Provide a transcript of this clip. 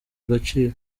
agaciro